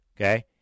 okay